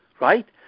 Right